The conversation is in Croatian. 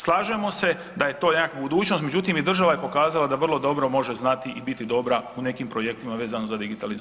Slažemo se da je to nekakva budućnost, međutim i država je pokazala da vrlo dobro može znati i biti dobra u nekim projektima vezano za digitalizaciju.